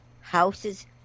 houses